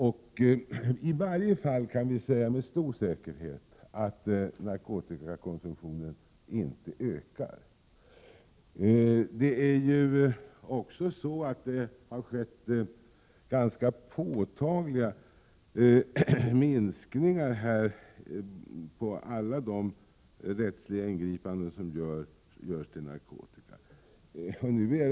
Vi kan med stor säkerhet säga att narkotikakonsumtionen i varje fall inte ökat. Det har också skett ganska påtagliga minskningar när det gäller alla de rättsliga ingripanden som görs till följd av narkotikahantering.